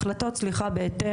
אבל בלי שום קשר אנחנו מטפלים בהליך